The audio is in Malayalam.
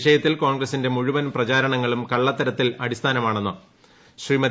വിഷയത്തിൽ കോൺഗ്രസിന്റെ മുഴുവൻ പ്രചാരണങ്ങളും കള്ളത്തരങ്ങളിൽ അടിസ്ഥാമാണെന്ന് ശ്രീമതി